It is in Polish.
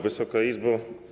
Wysoka Izbo!